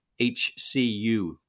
HCU